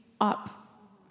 up